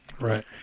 Right